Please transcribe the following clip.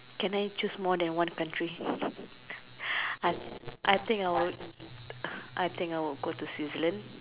can I choose more than one country I I think would I think I will go to Switzerland